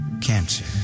Cancer